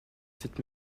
cette